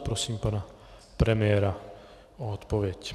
Prosím pana premiéra o odpověď.